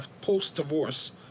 post-divorce